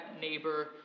neighbor